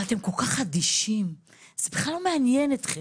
אבל אתם כל כך אדישים, זה בכלל לא מעניין אתכם.